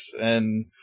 and-